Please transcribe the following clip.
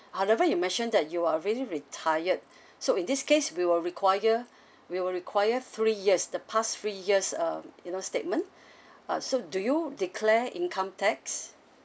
however you mentioned that you are already retired so in this case we will require we will require three years the past three years uh you know statement uh so do you declare income tax